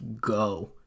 go